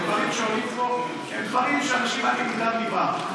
כי דברים שעולים פה הם דברים שאנשים מעלים מדם ליבם.